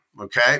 Okay